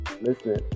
Listen